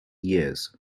years